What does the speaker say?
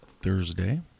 Thursday